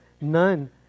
none